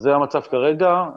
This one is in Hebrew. אז זה המצב כרגע,